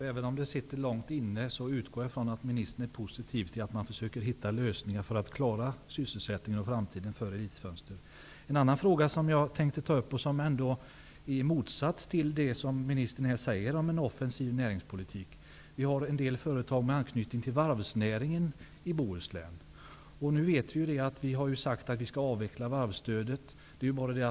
Fru talman! Jag utgår från att ministern, även om det sitter långt inne, är positiv till att man försöker hitta lösningar för att klara sysselsättningen och framtiden när det gäller Elit-Fönster. Så till en annan fråga, i motsats till det som ministern här säger om en offensiv näringspolitik. Det finns ju en del företag som har anknytning till varvsnäringen i Bohuslän. Vidare skall ju varvsstödet avvecklas.